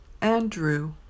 Andrew